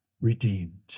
redeemed